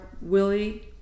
Willie